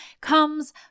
comes